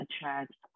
attracts